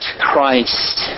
Christ